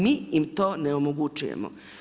Mi im to ne omogućujemo.